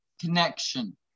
connection